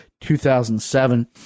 2007